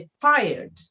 fired